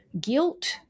guilt